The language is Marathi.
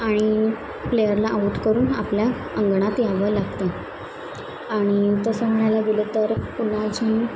आणि प्लेयरला आऊट करून आपल्या अंगणात यावं लागतं आणि तसं म्हणायला गेलं तर पुन्हा जी